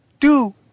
two